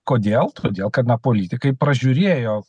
kodėl todėl kad politikai pražiūrėjo